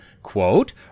quote